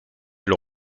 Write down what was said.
elle